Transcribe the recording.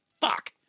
Fuck